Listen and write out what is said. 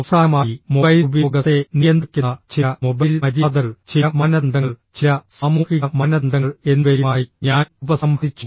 അവസാനമായി മൊബൈൽ ഉപയോഗത്തെ നിയന്ത്രിക്കുന്ന ചില മൊബൈൽ മര്യാദകൾ ചില മാനദണ്ഡങ്ങൾ ചില സാമൂഹിക മാനദണ്ഡങ്ങൾ എന്നിവയുമായി ഞാൻ ഉപസംഹരിച്ചു